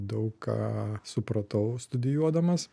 daug ką supratau studijuodamas